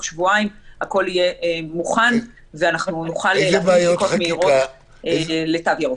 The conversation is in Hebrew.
שבועיים הכול יהיה מוכן ואנחנו נוכל להחליף בדיקות מהירות לתו ירוק.